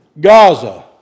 Gaza